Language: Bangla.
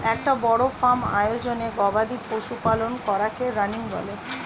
একটা বড় ফার্ম আয়োজনে গবাদি পশু পালন করাকে রানিং বলে